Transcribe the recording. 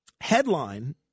Headline